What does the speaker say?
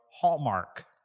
Hallmark